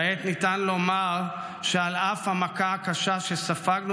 כעת ניתן לומר שעל אף המכה הקשה שספגנו